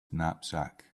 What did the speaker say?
knapsack